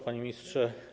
Panie Ministrze!